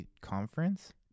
conference